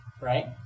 Right